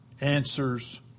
answers